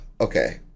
Okay